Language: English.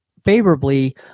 favorably